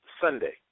Sunday